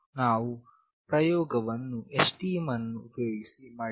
ನಾವು ಪ್ರಯೋಗವನ್ನು STM ಅನ್ನು ಉಪಯೋಗಿಸಿ ಮಾಡಿದ್ದೇವೆ